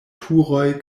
turoj